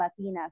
Latinas